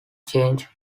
changed